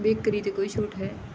bakery 'ਤੇ ਕੋਈ ਛੋਟ ਹੈ